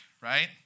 right